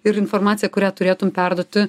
ir informaciją kurią turėtum perduoti